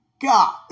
God